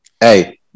Hey